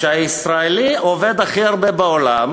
שהישראלי עובד הכי הרבה בעולם